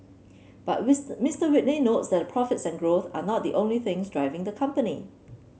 but with Mister Whitney notes that profits and growth are not the only things driving the company